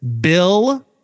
bill